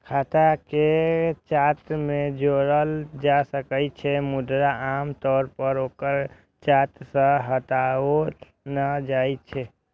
खाता कें चार्ट मे जोड़ल जा सकै छै, मुदा आम तौर पर ओकरा चार्ट सं हटाओल नहि जाइ छै